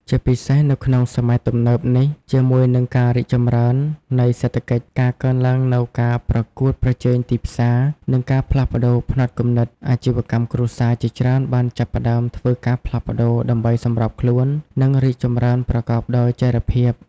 ជាពិសេស នៅក្នុងសម័យទំនើបនេះ ជាមួយនឹងការរីកចម្រើននៃសេដ្ឋកិច្ច ការកើនឡើងនូវការប្រកួតប្រជែងទីផ្សារ និងការផ្លាស់ប្តូរផ្នត់គំនិត អាជីវកម្មគ្រួសារជាច្រើនបានចាប់ផ្តើមធ្វើការផ្លាស់ប្តូរដើម្បីសម្របខ្លួន និងរីកចម្រើនប្រកបដោយចីរភាព។